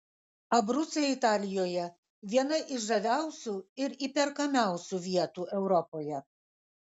abrucai italijoje viena iš žaviausių ir įperkamiausių vietų europoje